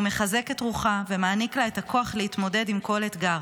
הוא מחזק את רוחה ומעניק לה את הכוח להתמודד עם כל אתגר.